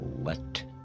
Let